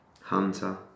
Hunter